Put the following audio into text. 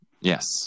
Yes